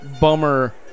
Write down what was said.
bummer